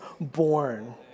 born